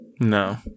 No